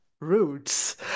roots